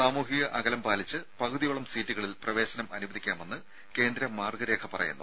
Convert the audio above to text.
സാമൂഹിക അകലം പാലിച്ച് പകുതിയോളം സീറ്റുകളിൽ പ്രവേശനം അനുവദിക്കാമെന്ന് കേന്ദ്ര മാർഗ്ഗ രേഖ പറയുന്നു